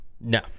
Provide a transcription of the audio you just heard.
No